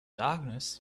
darkness